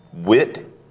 wit